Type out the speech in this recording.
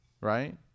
right